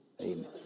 Amen